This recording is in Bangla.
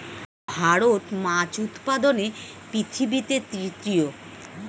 ভারত মাছ উৎপাদনে পৃথিবীতে তৃতীয়